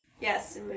yes